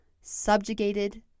subjugated